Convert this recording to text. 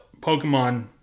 Pokemon